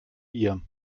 ihr